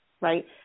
right